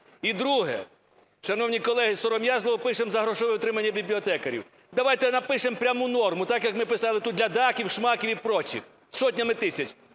І, друге. Шановні колеги, сором'язливо пишемо за грошове утримання бібліотекарів. Давайте напишемо пряму норму, так як ми писали тут для "даків", "шмаків" і прочих сотнями тисяч.